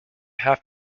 half